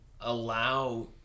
allow